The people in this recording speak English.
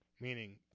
Meaning